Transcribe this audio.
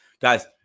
Guys